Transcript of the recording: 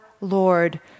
Lord